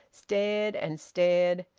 stared and stared,